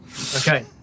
Okay